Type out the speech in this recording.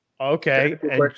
Okay